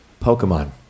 Pokemon